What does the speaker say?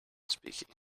speaking